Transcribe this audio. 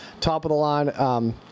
top-of-the-line –